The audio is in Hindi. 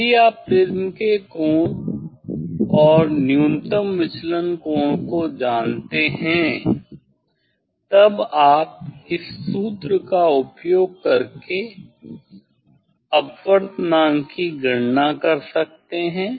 यदि आप प्रिज्म के कोण और न्यूनतम विचलन को जानते हैं तब आप इस सूत्र का उपयोग करके अपवर्तनांक की गणना कर सकते हैं